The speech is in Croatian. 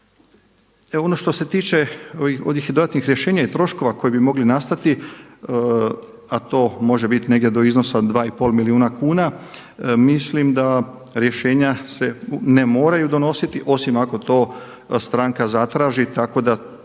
3%. Ono što se tiče onih dodatnih rješenja i troškova koji bi mogli nastati a to može biti negdje do iznosa 2,5 milijuna kuna mislim da rješenja se ne moraju donositi osim ako to stranka zatraži tako da